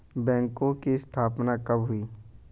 बैंकों की स्थापना कब हुई?